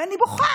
ואני בוכה